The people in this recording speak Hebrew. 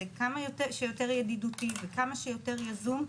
כמה שיותר ידידותי וכמה שיותר יזום,